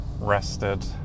rested